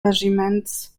regiments